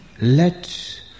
Let